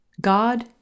God